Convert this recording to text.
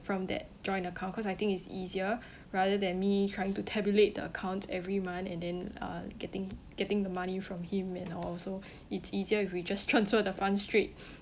from that joint account cause I think it's easier rather than me trying to tabulate the account every month and then uh getting getting the money from him and all so it's easier if we just transfer the fund straight